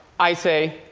i say,